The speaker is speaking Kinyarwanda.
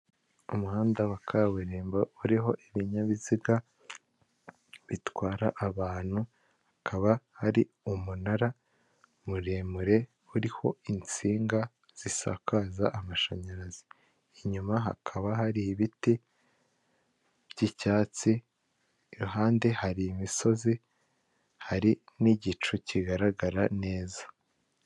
Umuhanda wa Kaburimbo uriho ibinyabiziga bitwara abantu. Hakaba hari umunara muremure uriho insinga zisakaza amashanyarazi. Inyuma hakaba hari ibiti by'icyatsi. Iruhande, hari imisozi, hari n'igicu kigaragara neza.